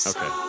Okay